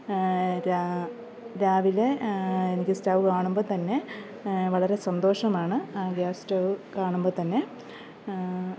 രാ രാവിലെ എനിക്ക് സ്റ്റവ്വ് കാണുമ്പോൾ തന്നെ വളരെ സന്തോഷമാണ് ആ ഗ്യാസ് സ്റ്റവ്വ് കാണുമ്പോൾ തന്നെ